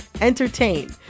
entertain